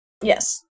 Yes